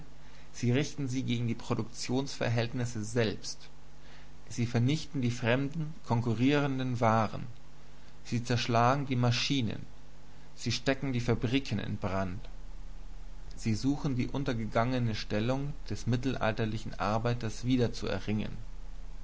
sie richten sie gegen die produktionsinstrumente selbst sie vernichten die fremden konkurrierenden waren sie zerschlagen die maschinen sie stecken die fabriken in brand die suchen die untergegangene stellung des mittelalterlichen arbeiters wiederzuerringen